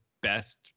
best